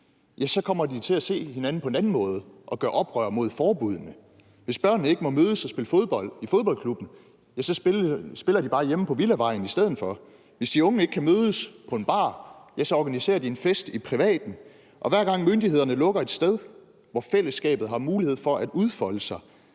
så kommer de til at se hinanden på en anden måde – og gør oprør mod forbuddene. Hvis børnene ikke må mødes og spille fodbold i fodboldklubben, så spiller de bare hjemme på villavejen i stedet for. Hvis de unge ikke kan mødes på en bar, så organiserer de en fest i privaten. Og hver gang myndighederne lukker et sted, hvor fællesskabet har mulighed for at udfolde sig,